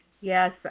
Yes